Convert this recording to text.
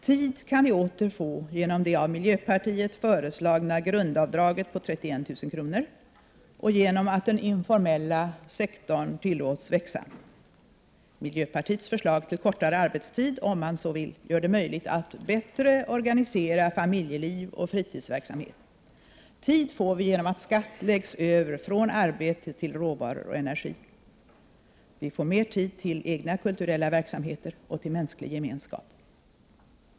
Tid kan vi åter få genom det av miljöpartiet föreslagna grundavdraget på 31 000 kr. och genom att den informella sektorn tillåts växa. Miljöpartiets förslag till kortare arbetstid, om man så vill, gör det möjligt att bättre organisera familjeliv och fritidsverksamhet. Tid får vi genom att skatt läggs över från arbete till råvaror och energi. Vi får mer tid till egna kulturella verksamheter och till mänsklig gemenskap.